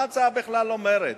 מה ההצעה בכלל אומרת?